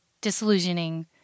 disillusioning